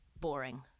boring